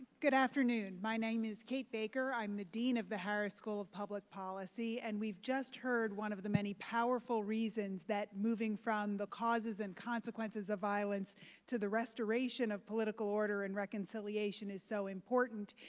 good afternoon. my name is kate baicker. i'm the dean of the harris school of public policy, and we've just heard one of the many powerful reasons that moving from the causes and consequences of violence to the restoration of political order and reconciliation is so important,